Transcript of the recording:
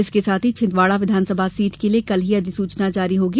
इसके साथ ही छिंदवाड़ा विधानसभा सीट के लिये कल ही अधिसूचना जारी होगी